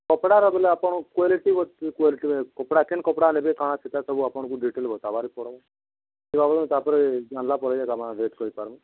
କପଡ଼ାର ବୋଲେ ଆପଣ କ୍ଲାଲିଟି ଅଛି କ୍ୱାଲିଟି କପଡ଼ା କେଉଁ କପଡ଼ା ନେବେ କ'ଣ ସେଟା ସବୁ ଆପଣଙ୍କୁ ଡିଟେଲ କହିବାର ପଡ଼ିବ ତାପରେ ଜାଣିଲା ପରେ ଆପଣ ରେଟ କରି ପାରିବେ